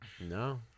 No